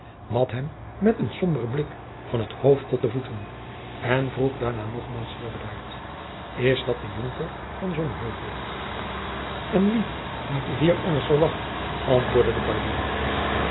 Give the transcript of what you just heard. mat hem met een somberen blik van het hoofd tot de voeten en vroeg daarna nogmaals zeer bedaard is dat de jonker van sonheuvel en wie hadt je hier anders verwacht antwoordde de barbier